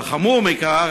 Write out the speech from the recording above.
אבל חמור מכך,